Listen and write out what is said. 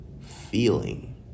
feeling